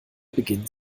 beginnen